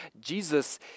Jesus